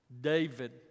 David